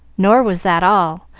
nor was that all,